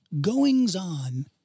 goings-on